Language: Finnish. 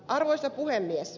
arvoisa puhemies